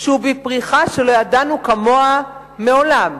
שהוא בפריחה שלא ידענו כמוה מעולם,